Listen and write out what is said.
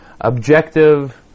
objective